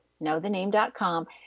knowthename.com